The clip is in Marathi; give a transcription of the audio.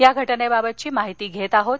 या घटनेबाबतची माहिती घेत आहोत